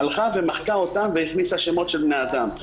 הלכה ומחקה אותם והכניסה שמות של בני אדם.